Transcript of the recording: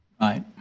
right